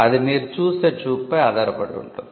అది మీరు చూసే చూపుపై ఆధారపడి ఉంటుంది